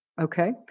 Okay